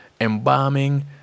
embalming